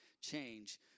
change